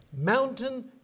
mountain